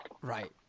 right